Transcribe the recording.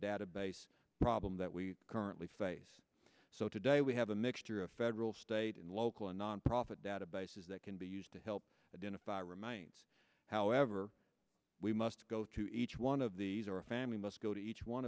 database problem that we currently face so today we have a mixture of federal state and local and nonprofit databases that can be used to help identify remains however we must go through each one of these or a family must go to each one